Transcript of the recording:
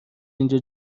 اینجا